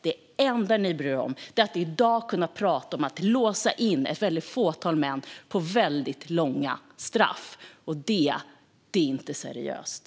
Det enda ni bryr er om och pratar om i dag är att låsa in ett fåtal män på väldigt långa straff. Det är inte seriöst.